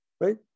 Right